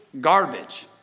garbage